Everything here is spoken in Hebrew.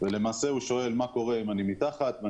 אילן שואל מה קורה אם הוא מתחת ל-40%,